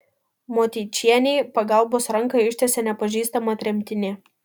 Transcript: motiečienei pagalbos ranką ištiesė nepažįstama tremtinė